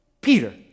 Peter